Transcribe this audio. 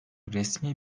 resmi